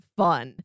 fun